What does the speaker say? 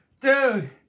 Dude